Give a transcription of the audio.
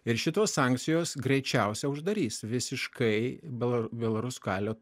ir šitos sankcijos greičiausiai uždarys visiškai belo belaruskalio